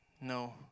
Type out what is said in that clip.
no